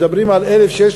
מדברים על 1,600,